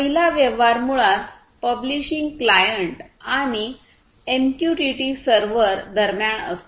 पहिला व्यवहार मुळात पब्लिशिंग क्लायंट आणि एमक्यूटीटी सर्व्हर दरम्यान असतो